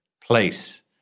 place